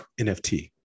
NFT